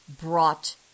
brought